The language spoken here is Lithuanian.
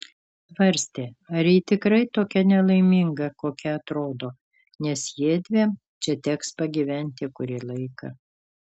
svarstė ar ji tikrai tokia nelaiminga kokia atrodo nes jiedviem čia teks pagyventi kurį laiką